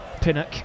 Pinnock